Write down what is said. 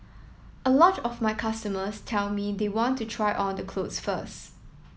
a lot of my customers tell me they want to try on the clothes first